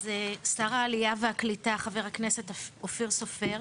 אז שר העלייה והקליטה ח"כ אופיר סופר,